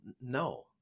no